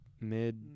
mid